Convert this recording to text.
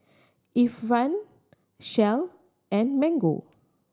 Ifan Shell and Mango